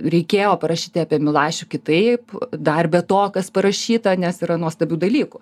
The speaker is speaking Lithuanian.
reikėjo parašyti apie milašių kitaip dar be to kas parašyta nes yra nuostabių dalykų